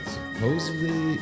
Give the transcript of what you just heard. Supposedly